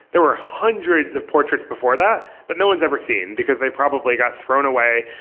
there were a hundreds of portraits before that that no one's ever seen, because they probably got thrown away,